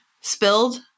spilled